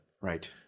Right